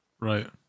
Right